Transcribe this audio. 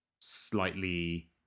slightly